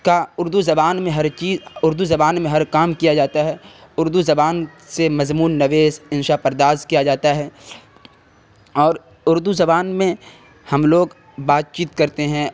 کا اردو زبان میں ہر اردو زبان میں ہر کام کیا جاتا ہے اردو زبان سے مضمون نویس انشا پرداز کیا جاتا ہے اور اردو زبان میں ہم لوگ بات چیت کرتے ہیں